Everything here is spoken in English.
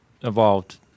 evolved